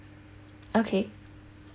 okay